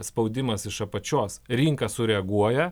spaudimas iš apačios rinka sureaguoja